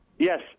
Yes